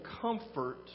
comfort